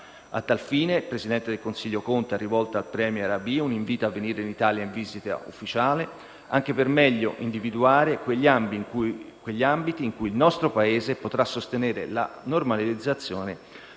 A tal fine, il presidente del Consiglio Conte ha rivolto al *premier* Abiy un invito a venire in Italia in visita ufficiale anche per meglio individuare quegli ambiti in cui il nostro Paese potrà sostenere la normalizzazione